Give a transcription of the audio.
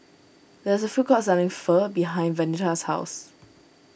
there is a food court selling Pho behind Venita's house